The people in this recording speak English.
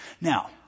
Now